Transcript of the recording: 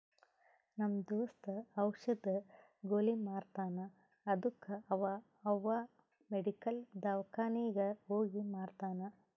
ನಮ್ ದೋಸ್ತ ಔಷದ್, ಗೊಲಿ ಮಾರ್ತಾನ್ ಅದ್ದುಕ ಅವಾ ಅವ್ ಮೆಡಿಕಲ್, ದವ್ಕಾನಿಗ್ ಹೋಗಿ ಮಾರ್ತಾನ್